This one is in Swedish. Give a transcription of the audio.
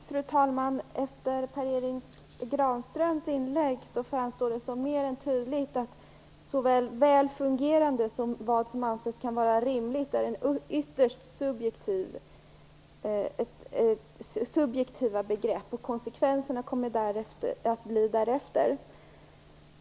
Fru talman! Efter Per Erik Granströms inlägg framstår det som mer än tydligt att såväl "väl fungerande" som "vad som kan anses vara rimligt" är ytterst subjektiva begrepp. Konsekvenserna kommer att bli därefter.